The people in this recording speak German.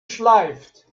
schleift